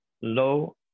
low